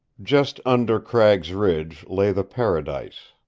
just under cragg's ridge lay the paradise,